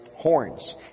horns